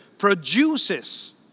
produces